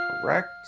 correct